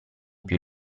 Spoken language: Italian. più